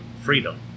freedom